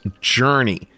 Journey